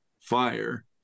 fire